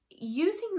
using